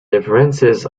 differences